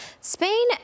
Spain